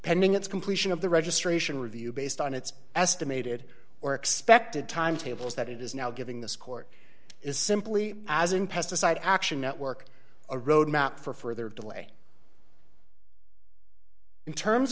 pending its completion of the registration review based on its estimated or expected time tables that it is now giving this court is simply as an pesticide action network a roadmap for further delay in terms